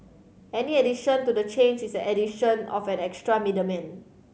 any addition to the chain is an addition of an extra middleman